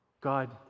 God